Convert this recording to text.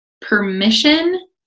permission